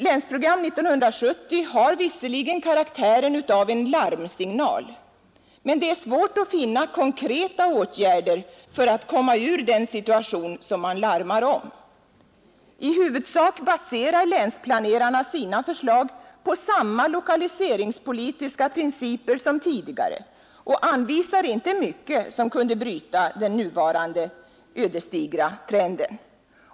Länsprogram 1970 har visserligen karaktären av en larmsignal, men det är svårt att i programmet finna förslag till konkreta åtgärder för att komma ur den situation som man larmar om. I huvudsak baserar länsplanerarna sina förslag på samma lokaliseringspolitiska principer som tidigare och anvisar inte mycket som kunde bryta den nuvarande ödesdigra trenden.